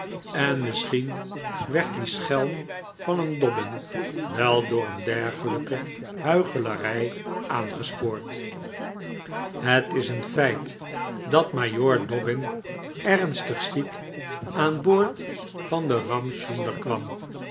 en misschien werd die schelm van een dobbin wel door een dergelijke huichelarij aangespoord het is een feit dat majoor dobbin ernstig ziek aan boord van den ramchunder kwam